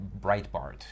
Breitbart